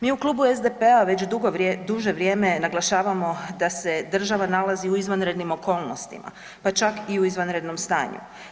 Mi u Klubu SDP-a već duže vrijeme naglašavamo da se država nalazi u izvanrednim okolnostima, pa čak i u izvanrednom stanju.